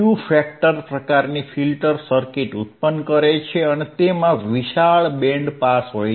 Q factor પ્રકારની filter circuit ઉત્પન્ન કરે છે અને તેમા વિશાળ બેન્ડ પાસ હોય છે